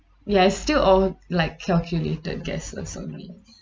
ya I still uh like calculated guess also mean